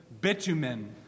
bitumen